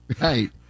Right